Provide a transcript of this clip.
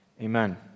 amen